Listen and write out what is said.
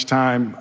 time